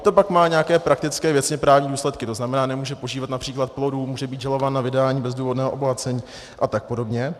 To pak má nějaké praktické věcně právní důsledky, to znamená nemůže požívat například plodů, může být žalován na vydání bezdůvodného obohacení a tak podobně.